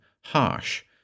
harsh